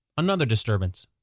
another disturbance.